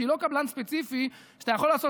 שהיא לא עם קבלן ספציפי כך שאתה יכול לעשות